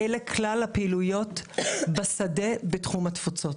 אלה כלל הפעילויות בשדה בתחום התפוצות.